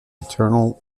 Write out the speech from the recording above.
eternal